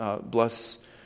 bless